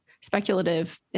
speculative